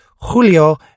Julio